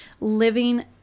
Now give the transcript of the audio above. living